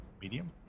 Medium